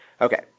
okay